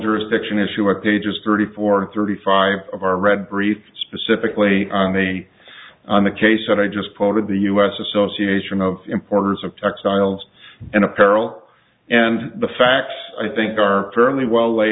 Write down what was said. jurisdiction issue or pages thirty four thirty five of our red briefs specifically on a on the case that i just quoted the u s association of importers of textiles and apparel and the facts i think are fairly well